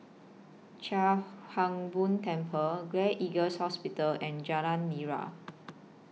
Chia Hung Boo Temple Gleneagles Hospital and Jalan Nira